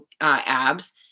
abs